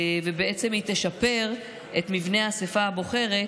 היא תשפר את מבנה האספה הבוחרת,